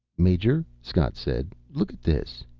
major, scott said. look at this.